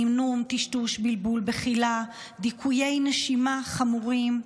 נמנום, טשטוש, בלבול, בחילה, דיכויי נשימה חמורים.